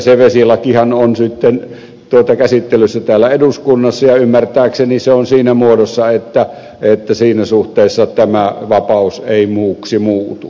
se vesilakihan on sitten käsittelyssä täällä eduskunnassa ja ymmärtääkseni se on siinä muodossa että siinä suhteessa tämä vapaus ei muuksi muutu